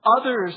Others